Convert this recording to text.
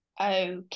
okay